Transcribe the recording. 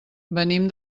venim